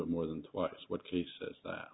it more than twice what cases that